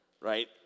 right